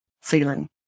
feeling